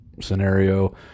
scenario